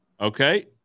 okay